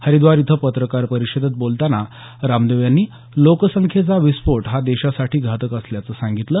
हरिद्वार इथं पत्रकार परिषदेत बोलताना रामदेव यांनी लोकसंख्येचा विस्फोट हा देशासाठी घातक असल्याचं सांगितलं